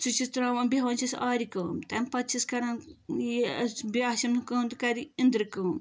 سُہ چھِس ترٛاوان بیٚہوان چھس آرِ کٲم تَمہِ پَتہٕ چھس کَران یہِ بیٚیہِ آسٮ۪م نہٕ کٲم تہٕ کَرٕ اِندرٕ کٲم